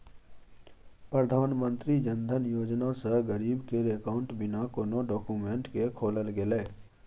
प्रधानमंत्री जनधन योजना सँ गरीब केर अकाउंट बिना कोनो डाक्यूमेंट केँ खोलल गेलै